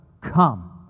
come